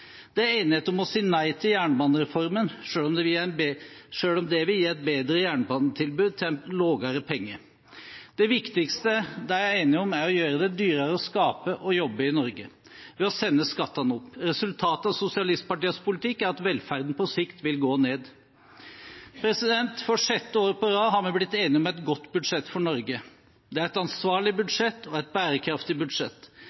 Det er enighet om å si nei til jernbanereformen, selv om det vil gi et bedre jernbanetilbud til en lavere pengesum. Det viktigste de er enige om, er å gjøre det dyrere å skape jobber og å jobbe i Norge – ved å sette skattene opp. Resultatet av sosialistpartienes politikk er at velferden på sikt vil gå ned. For sjette år på rad har vi blitt enige om et godt budsjett for Norge. Det er et ansvarlig